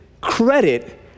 credit